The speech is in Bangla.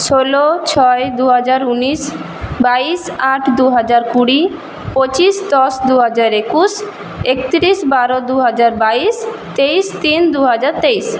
ষোলো ছয় দুহাজার উনিশ বাইশ আট দুহাজার কুড়ি পঁচিশ দশ দুহাজার একুশ একত্রিশ বারো দুহাজার বাইশ তেইশ তিন দুহাজার তেইশ